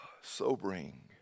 sobering